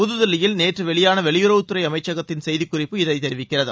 புதுதில்லியில் நேற்று வெளியான வெளியுறவுத்துறை அமைச்சகத்தின் செய்தி குறிப்பு இதனைத் தெரிவிக்கிறது